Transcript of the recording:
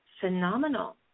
phenomenal